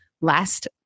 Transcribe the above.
last